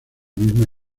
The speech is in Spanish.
misma